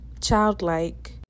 childlike